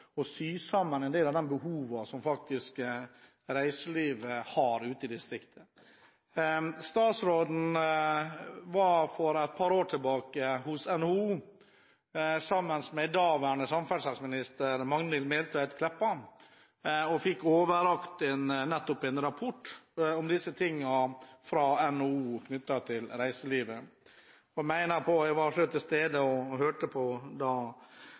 sy sammen en del av behovene som reiselivet har ute i distriktene. Statsråden var for et par år siden hos NHO sammen med daværende samferdselsminister Magnhild Meltveit Kleppa og fikk overrakt en rapport om reiselivet fra NHO. Jeg var selv til stede og hørte på da dette ble lagt fram, og statsråden ga bl.a. uttrykk for at dette var et viktig dokument. Så har det